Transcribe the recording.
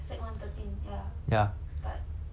对 lor 我是 thirteen 就没有拿钱 liao